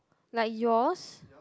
like yours